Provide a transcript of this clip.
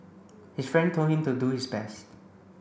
his friend told him to do his best